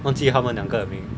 忘记他们两个的名